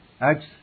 Acts